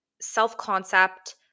self-concept